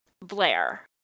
Blair